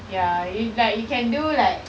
ya if like you can do like